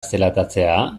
zelatatzea